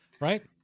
right